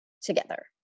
together